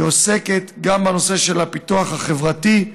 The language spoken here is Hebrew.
היא עוסקת גם בנושא של פיתוח חברתי.